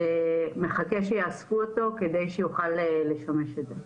ומחכה שיאספו אותו כדי שיוכל לשמש לזה.